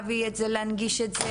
להביא את זה ולהנגיש את,